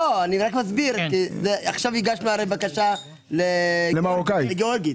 עכשיו הגשנו בקשה לגיאורגית.